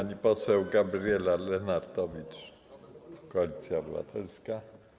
Pani poseł Gabriela Lenartowicz, Koalicja Obywatelska.